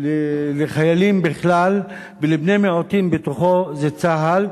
לחיילים בכלל ולבני מיעוטים בתוכם, זה צה"ל,